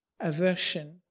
aversion